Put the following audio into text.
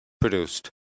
produced